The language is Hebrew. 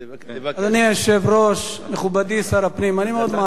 אדוני היושב-ראש, מכובדי שר הפנים, אני מאוד מעריך